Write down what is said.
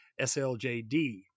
SLJD